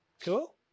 Cool